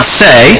say